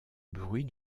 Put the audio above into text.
bruit